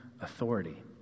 authority